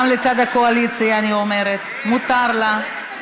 גם לצד הקואליציה, אני אומרת, מותר לה.